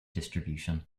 distribution